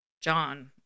John